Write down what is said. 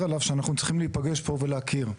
עליו שאנחנו צריכים להיפגש פה ולהכיר,